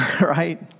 right